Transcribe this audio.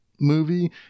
movie